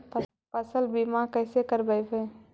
फसल बीमा कैसे करबइ?